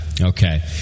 Okay